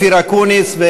ואופיר אקוניס,